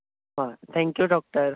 हय thank you doctor